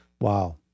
Wow